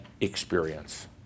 experience